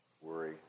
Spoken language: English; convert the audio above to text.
worry